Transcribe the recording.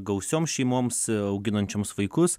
gausioms šeimoms auginančioms vaikus